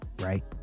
right